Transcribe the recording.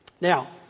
Now